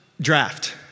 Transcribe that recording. draft